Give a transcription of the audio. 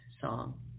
song